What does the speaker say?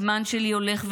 הזמן שלי הולך ואוזל,